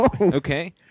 Okay